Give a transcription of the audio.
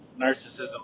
narcissism